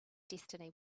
destiny